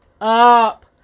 up